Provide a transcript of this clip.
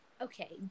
okay